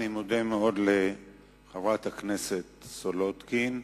אני מודה מאוד לחברת הכנסת סולודקין.